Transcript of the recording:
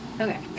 Okay